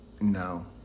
No